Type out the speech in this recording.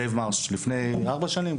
במרץ לפני ארבע שנים,